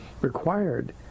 required